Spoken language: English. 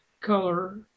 color